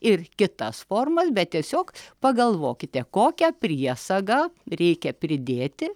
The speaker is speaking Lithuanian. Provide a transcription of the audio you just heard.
ir kitas formas bet tiesiog pagalvokite kokią priesagą reikia pridėti